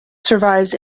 survives